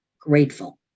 grateful